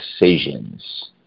decisions